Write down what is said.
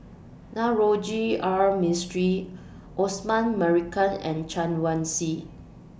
Navroji R Mistri Osman Merican and Chen Wen Hsi